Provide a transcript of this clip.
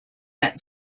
that